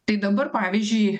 tai dabar pavyzdžiui